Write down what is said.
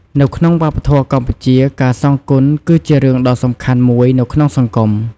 នៅក្នុងវប្បធម៌កម្ពុជា ការសងគុណគឺរឿងដ៏សំខាន់មួយនៅក្នុងសង្គម។